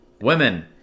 Women